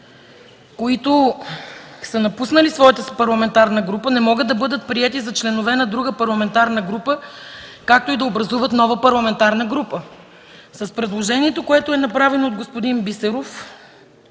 които са напуснали своята парламентарна група, не могат да бъдат приети за членове на друга парламентарна група, както и да образуват нова парламентарна група. С предложението, което е направено от господин Бисеров,